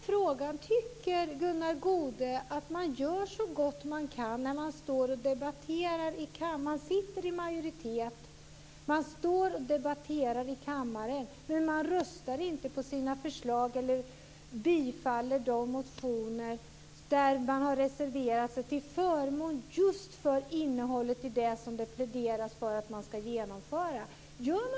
Fru talman! Ja, det är det som är frågan. Tycker Gunnar Goude att man gör så gott man kan när man, tillhörande majoriteten, debatterar här i kammaren men inte röstar för sina förslag eller yrkar bifall till de motioner där man reserverat sig till förmån just för innehållet i det som det pläderas för att man skall genomföra?